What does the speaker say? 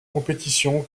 compétition